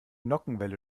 nockenwelle